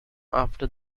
after